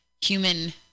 Human